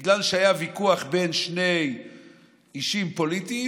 בגלל שהיה ויכוח בין שני אישים פוליטיים